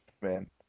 man